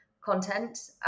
content